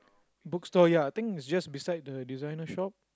book store ya I think it's just beside the designer shop